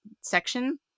section